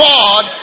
God